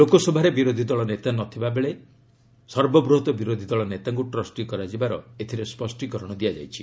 ଲୋକସଭାରେ ବିରୋଧି ଦଳ ନେତା ନ ଥିବାବେଳେ ସର୍ବବୁହତ୍ ବିରୋଧି ଦଳ ନେତାଙ୍କୁ ଟ୍ରଷ୍ଟି କରାଯିବାର ଏଥିରେ ସ୍ୱଷ୍ଟୀକରଣ ଦିଆଯାଇଛି